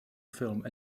film